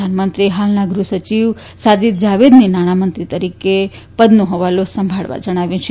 પ્રધાનમંત્રીએ હાલના ગૃહ સચિવ સાજિદ જાવેદને નાણામંત્રી પદનો હવાલો સંભાળવા જણાવ્યું છે